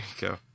go